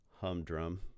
humdrum